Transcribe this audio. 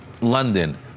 London